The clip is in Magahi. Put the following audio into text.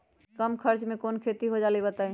कम खर्च म कौन खेती हो जलई बताई?